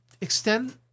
extend